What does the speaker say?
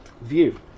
view